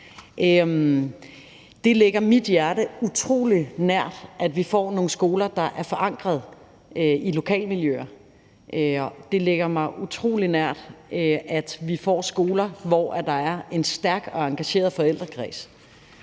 Det ligger mit hjerte utrolig nært, at vi får nogle skoler, der er forankret i lokalmiljøer. Det ligger mig utrolig nært, at vi får skoler, hvor der er en stærk og engageret forældrekreds,